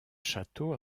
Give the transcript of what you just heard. château